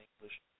English